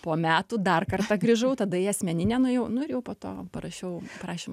po metų dar kartą grįžau tada į asmeninę nuėjau nu ir jau po to parašiau prašymą